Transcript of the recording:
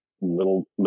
little